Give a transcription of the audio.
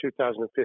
2015